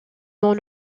dans